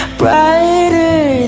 brighter